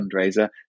fundraiser